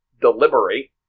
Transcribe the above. Deliberate